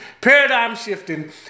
paradigm-shifting